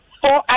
four